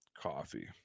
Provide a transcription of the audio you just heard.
Coffee